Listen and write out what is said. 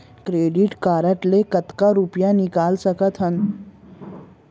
Debit card ले कतका रुपिया निकाल सकथन?